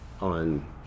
on